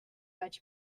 batch